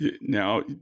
Now